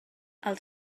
als